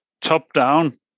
top-down